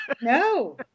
no